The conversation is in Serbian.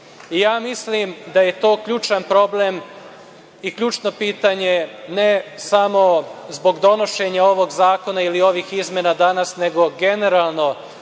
Mislim da je to ključan problem i ključno pitanje, ne samo zbog donošenja ovog zakona ili ovih izmena danas, nego generalno